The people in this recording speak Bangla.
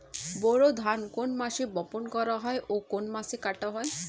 বোরো ধান কোন মাসে বপন করা হয় ও কোন মাসে কাটা হয়?